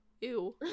Ew